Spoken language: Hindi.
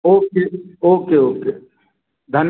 okay okay okay Dhan